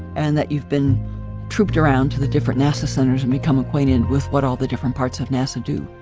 and that you've been trooped around to the different nasa centers and become acquainted with what all the different parts of nasa do.